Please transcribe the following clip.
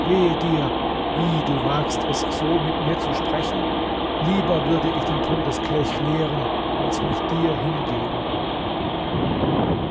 wehe dir wie du wagst es so mit mir zu sprechen lieber würde ich den todeskelch leeren als mich dir hingeben